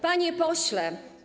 Panie Pośle!